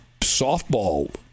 softball